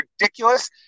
ridiculous